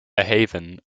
haven